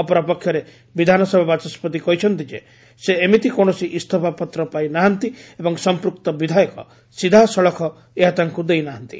ଅପର ପକ୍ଷରେ ବିଧାନସଭା ବାଚସ୍କତି କହିଛନ୍ତି ଯେ ସେ ଏମିତି କୌଣସି ଇଞ୍ଜଫାପତ୍ର ପାଇ ନାହାନ୍ତି ଏବଂ ସମ୍ପୃକ୍ତ ବିଧାୟକ ସିଧାସଳଖ ଏହା ତାଙ୍କୁ ଦେଇ ନାହାନ୍ତି